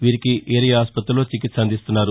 వీరికి ఏరియా ఆస్పత్రిలో చికిత్స అందిస్తున్నారు